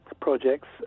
projects